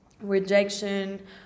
rejection